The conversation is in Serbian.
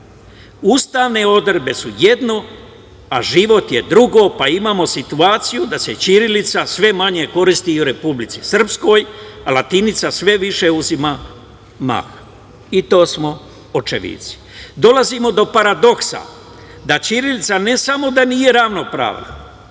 odredbe su jedno, a život je drugo, pa imamo situaciju da se ćirilica sve manje koristi i u Republici Srpskoj, a latinica sve više uzima maha. To smo očevici. Dolazimo do paradoksa da ćirilica ne samo da nije ravnopravna,